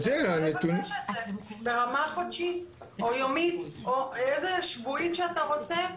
אז אתה יכול לבקש את זה ברמה חודשית או יומית או איזה שבועית שאתה רוצה,